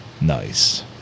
Nice